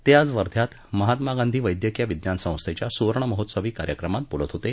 ते आज वर्ध्यात महात्मा गांधी वद्यक्रीय विज्ञान संस्थेच्या सुवर्णमहोत्सवी कार्यक्रमात बोलत होते